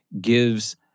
gives